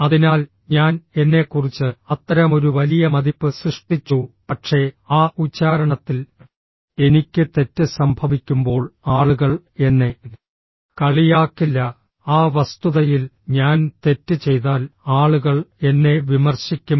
അതിനാൽ ഞാൻ എന്നെക്കുറിച്ച് അത്തരമൊരു വലിയ മതിപ്പ് സൃഷ്ടിച്ചു പക്ഷേ ആ ഉച്ചാരണത്തിൽ എനിക്ക് തെറ്റ് സംഭവിക്കുമ്പോൾ ആളുകൾ എന്നെ കളിയാക്കില്ല ആ വസ്തുതയിൽ ഞാൻ തെറ്റ് ചെയ്താൽ ആളുകൾ എന്നെ വിമർശിക്കും